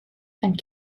and